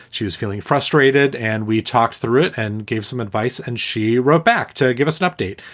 she was feeling frustrated. and we talked through it and gave some advice. and she wrote back to give us an update,